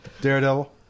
Daredevil